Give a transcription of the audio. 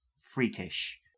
freakish